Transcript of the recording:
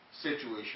situation